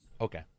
okay